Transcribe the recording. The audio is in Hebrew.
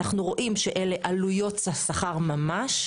אנחנו רואים שאלה עלויות השכר ממש.